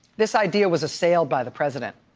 this idea was assailed by the president.